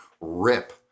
rip